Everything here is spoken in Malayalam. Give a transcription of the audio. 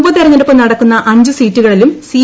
ഉപതെരഞ്ഞെടുപ്പ് നടക്കുന്ന അഞ്ച് സീറ്റുകളിലും സി